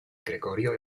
gregorio